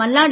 Malladi